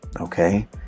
okay